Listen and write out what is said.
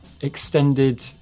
extended